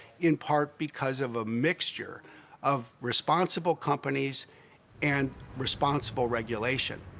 in part because of a mixture of responsible companies and responsible regulation.